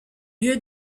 lieu